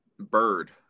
bird